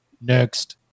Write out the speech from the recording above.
Next